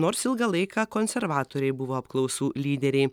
nors ilgą laiką konservatoriai buvo apklausų lyderiai